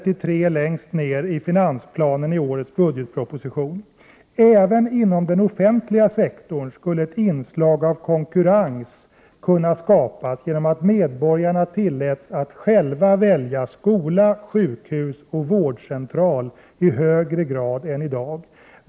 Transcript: I finansplanen i årets budgetproposition står: Även inom den offentliga sektorn skulle ett inslag av konkurrens kunna skapas genom att medborgarna tillåts att själva välja skola, sjukhus och vårdcentral i högre grad än i dag.